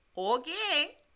Okay